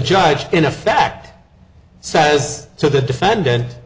judge in a fact says to the defendant